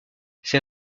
ses